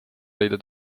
leida